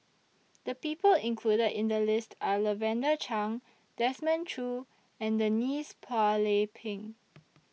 The People included in The list Are Lavender Chang Desmond Choo and Denise Phua Lay Peng